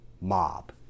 mob